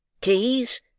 keys